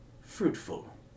fruitful